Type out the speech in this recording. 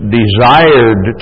desired